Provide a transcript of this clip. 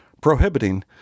prohibiting